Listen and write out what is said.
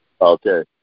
Okay